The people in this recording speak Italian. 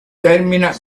termina